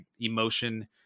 emotion